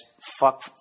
fuck